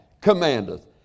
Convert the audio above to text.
commandeth